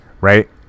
Right